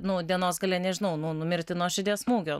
nu dienos gale nežinau nu numirti nuo širdies smūgio